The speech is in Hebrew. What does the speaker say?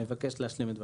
אני מבקש להשלים את דבריי.